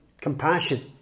compassion